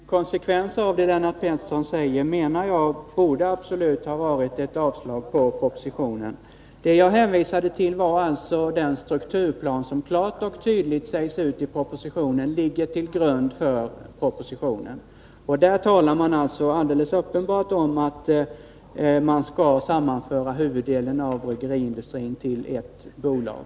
Herr talman! Konsekvensen av vad Lennart Pettersson säger borde absolut ha varit ett yrkande om att avslag på propositionen. Det jag hänvisade till var alltså den strukturplan som, enligt vad som klart och tydligt sägs i propositionen, ligger till grund för denna proposition. Där talas det alldeles uppenbart om att man skall sammanföra huvuddelen av bryggeriindustrin till ett bolag.